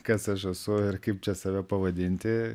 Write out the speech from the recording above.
kas aš esu ir kaip čia save pavadinti